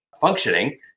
Functioning